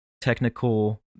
Technical